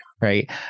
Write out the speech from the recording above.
right